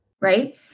Right